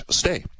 stay